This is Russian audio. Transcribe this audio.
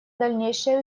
дальнейшее